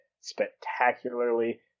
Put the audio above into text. spectacularly